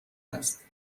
است